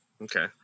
okay